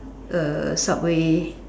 uh subway